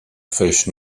fish